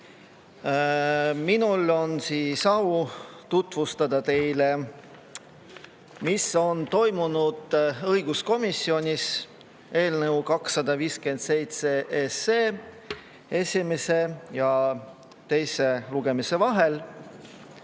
Minul on au tutvustada teile, mis toimus õiguskomisjonis eelnõu 257 esimese ja teise lugemise vahel.